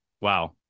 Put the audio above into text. Wow